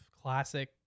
classic